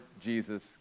Jesus